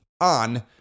On